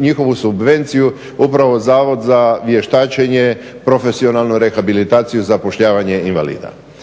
njihovu subvenciju upravo zavod za vještačenje, profesionalnu rehabilitaciju i zapošljavanje invalida.